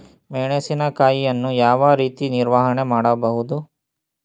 ಮೆಣಸಿನಕಾಯಿಯನ್ನು ಯಾವ ರೀತಿ ನಿರ್ವಹಣೆ ಮಾಡಬಹುದು?